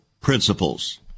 principles